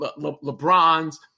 LeBron's